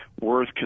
worth